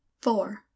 four